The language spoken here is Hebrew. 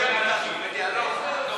כינון ישיר.